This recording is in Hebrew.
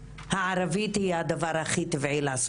הערבית היא השפה הכי טבעית לדבר בה,